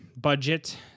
budget